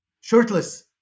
shirtless